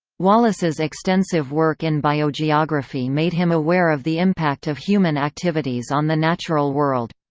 wallace's extensive work in biogeography made him aware of the impact of human activities on the natural world.